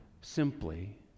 simply